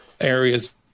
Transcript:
areas